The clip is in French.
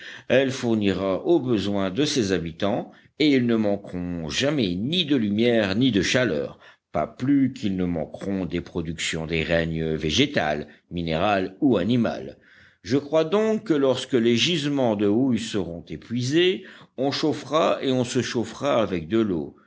elle fournira aux besoins de ses habitants et ils ne manqueront jamais ni de lumière ni de chaleur pas plus qu'ils ne manqueront des productions des règnes végétal minéral ou animal je crois donc que lorsque les gisements de houille seront épuisés on chauffera et on se chauffera avec de l'eau